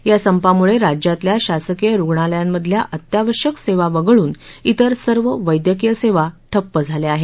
या संपामुळे राज्यातल्या शासकीय रुग्णालयांमधल्या अत्यावश्यक सेवा वगळून इतर सर्व वैद्यकीय सेवा ठप्प झाल्या आहेत